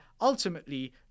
ultimately